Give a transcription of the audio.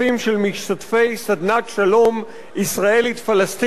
של משתתפי סדנת שלום ישראלית פלסטינית,